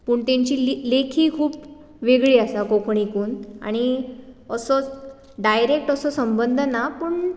पूण तेंची लेखी खूब वेगळीं आसा कोंकणीकून आनी असो डायरेक्ट असो संबंद ना पूण